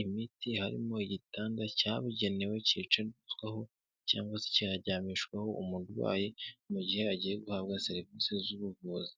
imiti, harimo igitanda cyabugenewe cyicazwaho cyangwa se kikaryamishwaho umurwayi mu gihe agiye guhabwa serivisi z'ubuvuzi.